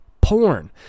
porn